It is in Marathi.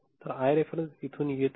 तर आय रेफरन्स इथून येत आहे